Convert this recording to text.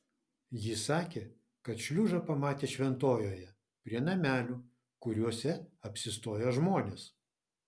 ji sakė kad šliužą pamatė šventojoje prie namelių kuriuose apsistoja žmonės